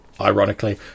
ironically